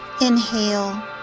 inhale